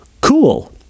Cool